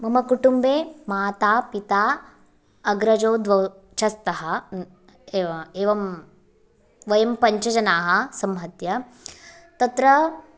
मम कुटुम्बे माता पिता अग्रजौ द्वौ च स्तः एव एवं वयं पञ्चजनाः संहत्य तत्र